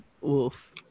Wolf